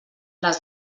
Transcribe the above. les